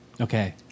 Okay